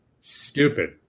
Stupid